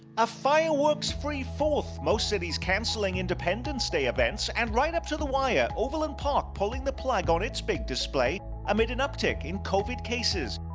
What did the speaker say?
a fireworks free fourth most cities cancelling independence day events and right up to the wire, overland park pulling the plug on its big display amid an up tick in covid cases.